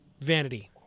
Vanity